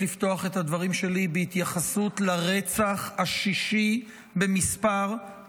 אתם על הביקור שלכם עם הילד בסניף קופת חולים.